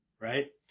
right